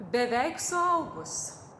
beveik suaugus